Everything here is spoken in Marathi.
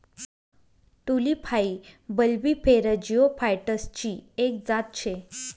टयूलिप हाई बल्बिफेरस जिओफाइटसची एक जात शे